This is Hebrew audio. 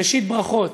ראשית, ברכות.